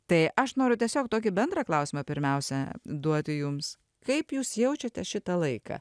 tai aš noriu tiesiog tokį bendrą klausimą pirmiausia duoti jums kaip jūs jaučiate šitą laiką